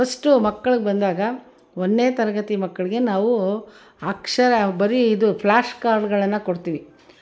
first ಮಕ್ಳಿಗ್ ಬಂದಾಗ ಒಂದ್ನೇ ತರಗತಿ ಮಕ್ಕಳಿಗೆ ನಾವು ಅಕ್ಷರ ಬರೀ ಇದು ಫ್ಲಾಶ್ ಕಾರ್ಡ್ಗಳನ್ನು ಕೊಡ್ತೀವಿ